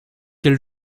quel